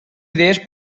idees